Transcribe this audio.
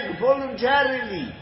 voluntarily